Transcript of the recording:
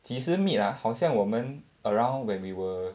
几时 meet ah 好像我们 around when we were